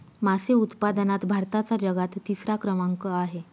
मासे उत्पादनात भारताचा जगात तिसरा क्रमांक आहे